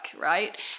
right